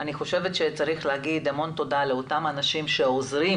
אני חושבת שצריך להגיד המון תודה לאותם אנשים שעוזרים